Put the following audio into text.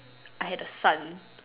I had a son